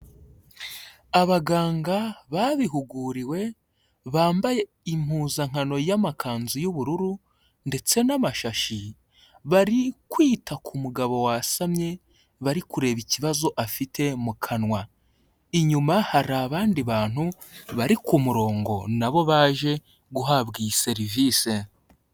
Abaganga babihuguriwe, bambaye impuzankano y'amakanzu y'ubururu ndetse n'amashashi, bari kwita ku mugabo wasamye bari kureba ikibazo afite mu kanwa, inyuma hari abandi bantu bari ku murongo na bo baje guhabwa iyi serivise.